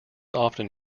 often